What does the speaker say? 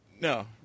No